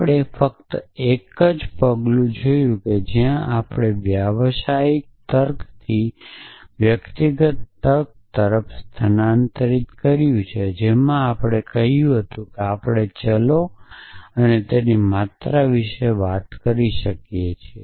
આપણે ફક્ત એક જ પગલું જોયું છે કે આપણે વ્યાવસાયિક તર્કથી વ્યક્તિગત તર્ક તરફ સ્થાનાંતરિત કર્યું છે જેમાં આપણે કહ્યું હતું કે આપણે ચલો અને માત્રા વિશે વાત કરી શકીએ છીએ